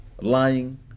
Lying